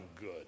good